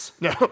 No